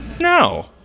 No